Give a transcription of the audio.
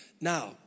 Now